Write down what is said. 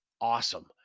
awesome